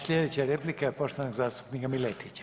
Sljedeća replika je poštovanog zastupnika Miletića.